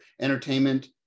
entertainment